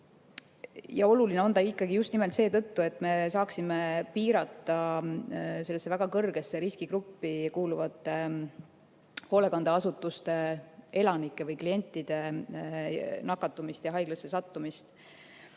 Ja oluline on ta ikkagi just nimelt seetõttu, et saaksime piirata sellesse väga kõrgesse riskigruppi kuuluvate hoolekandeasutuste elanike või klientide nakatumist ja haiglasse sattumist.